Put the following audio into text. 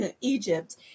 Egypt